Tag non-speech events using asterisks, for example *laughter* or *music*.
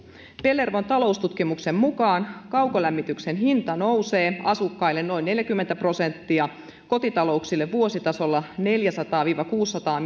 pellervon taloustutkimuksen mukaan kaukolämmityksen hinta nousee asukkaille noin neljäkymmentä prosenttia kotitalouksille vuositasolla neljäsataa viiva kuusisataa *unintelligible*